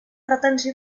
retenció